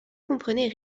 comprenait